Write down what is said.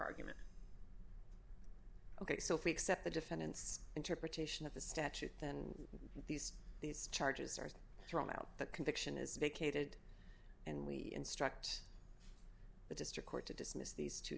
argument ok so if we accept the defendant's interpretation of the statute and these these charges are thrown out the conviction is vacated and we instruct the district court to dismiss these two